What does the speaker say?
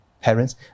parents